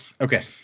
Okay